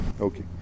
okay